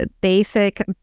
basic